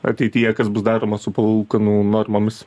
ateityje kas bus daroma su palūkanų normomis